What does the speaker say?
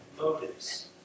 motives